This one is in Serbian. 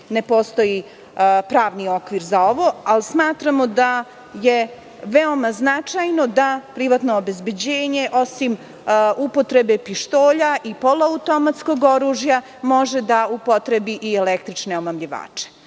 ne postoji pravni okvir za ovo, ali smatramo da je veoma značajno da privatno obezbeđenje, osim upotrebe pištolja i poluautomatskog oružja, može da upotrebi i električne omamljivače.